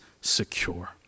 secure